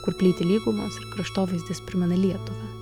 kur plyti lygumos ir kraštovaizdis primena lietuvą